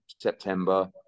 September